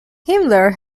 himmler